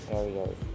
areas